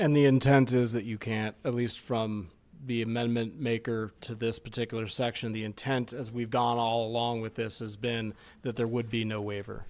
and the intent is that you can't at least from the amendment maker to this particular section the intent as we've gone along with this has been that there would be no wa